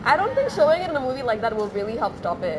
I don't think showing it in the movie like that will really help stop it